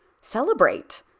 celebrate